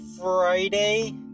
Friday